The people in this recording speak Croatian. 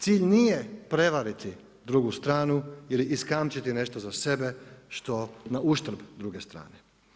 Cilj nije prevariti drugu stranu ili iskamčiti nešto za sebe što, na uštrb druge strane.